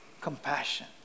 Compassion